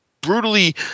brutally